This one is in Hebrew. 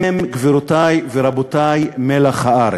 הם, גבירותי ורבותי, מלח הארץ.